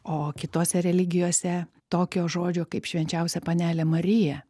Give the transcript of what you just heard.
o kitose religijose tokio žodžio kaip švenčiausia panelė marija